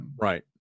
right